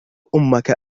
أمك